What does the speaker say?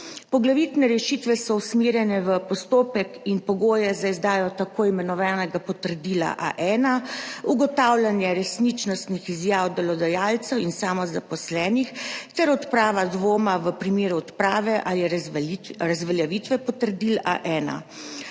Poglavitne rešitve so usmerjene v postopek in pogoje za izdajo tako imenovanega potrdila A1, ugotavljanje resničnostnih izjav delodajalcev in samozaposlenih ter odpravo dvoma v primeru odprave ali razveljavitve potrdil A1.